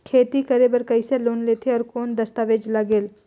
खेती करे बर कइसे लोन लेथे और कौन दस्तावेज लगेल?